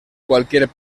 cualquier